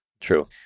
True